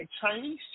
Chinese